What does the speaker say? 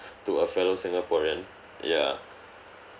to a fellow singaporean ya